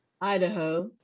Idaho